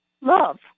love